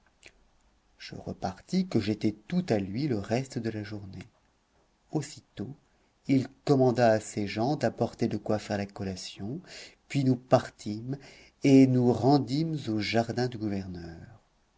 je repartis que j'étais tout à lui le reste de la journée aussitôt il commanda à ses gens d'apporter de quoi faire la collation puis nous partîmes et nous rendîmes au jardin du gouverneur